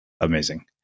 amazing